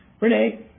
Renee